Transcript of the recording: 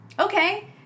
Okay